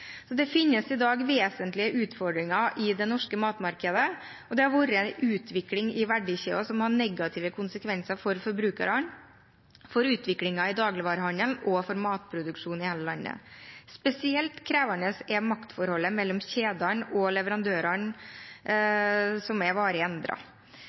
norske matmarkedet, og det har vært en utvikling i verdikjeden som har negative konsekvenser for forbrukerne, for utviklingen i dagligvarehandelen og for matproduksjon i hele landet. Spesielt krevende er maktforholdet mellom kjedene og leverandørene, som er varig